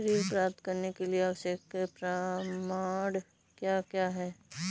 ऋण प्राप्त करने के लिए आवश्यक प्रमाण क्या क्या हैं?